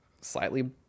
slightly